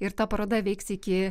ir ta paroda veiks iki